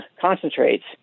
concentrates